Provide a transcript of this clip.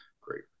great